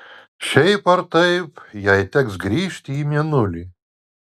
šiaip ar taip jai teks grįžti į mėnulį